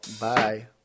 Bye